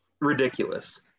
ridiculous